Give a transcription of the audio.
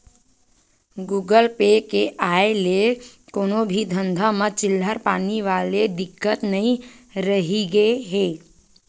Google Pay के आय ले कोनो भी धंधा म चिल्हर पानी वाले दिक्कत नइ रहिगे हे